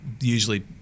usually